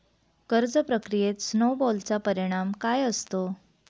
कर्ज प्रक्रियेत स्नो बॉलचा परिणाम काय असतो?